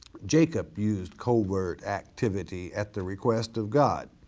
jacob used covert activity at the request of god.